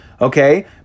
Okay